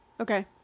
Okay